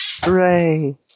Hooray